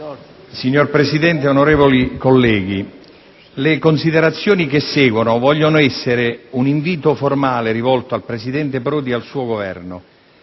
Signor Presidente, onorevoli colleghi, le considerazioni che seguono vogliono essere un invito formale rivolto al presidente Prodi e al suo Governo: